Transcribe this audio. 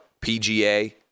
PGA